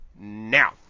Now